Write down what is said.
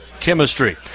chemistry